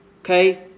Okay